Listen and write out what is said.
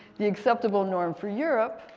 the acceptable norm for europe,